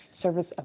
service